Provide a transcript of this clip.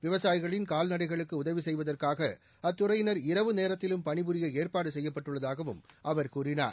விவசாயிகளின் கால்நடைகளுக்கு உதவி செய்வதற்காக அத்துறையினா் இரவு நேரத்திலும் பணிபுரிய ஏற்பாடு செய்யப்பட்டுள்ளதாகவும் அவர் கூறினார்